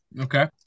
Okay